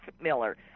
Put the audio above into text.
Miller